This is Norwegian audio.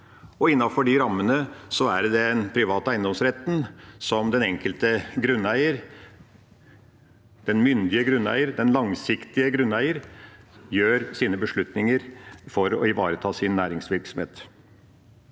innenfor de rammene er det den private eiendomsretten, der den enkelte grunneier – den myndige grunneier, den langsiktige grunneier – gjør sine beslutninger for å ivareta sin næringsvirksomhet.